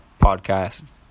podcast